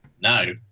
No